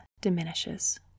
diminishes